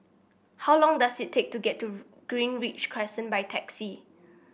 how long does it take to get to Greenridge Crescent by taxi